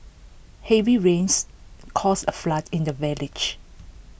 heavy rains caused A flood in the village